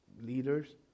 leaders